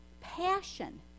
Passion